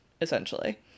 essentially